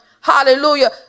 hallelujah